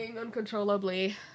Uncontrollably